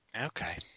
Okay